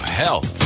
health